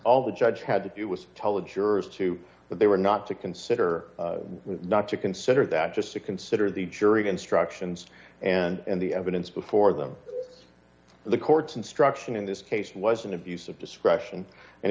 all the judge had to do was tell the jurors too that they were not to consider not to consider that just to consider the jury instructions and the evidence before them the court's instruction in this case was an abuse of discretion and